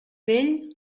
vell